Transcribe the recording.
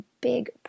big